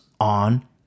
on